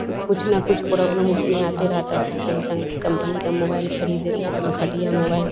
कुछ ना कुछ परोब्लम उसमें आते रहता था सेमसंग कम्पनी का मोबाइल ख़रीदे एकदम घटिया मोबाइल था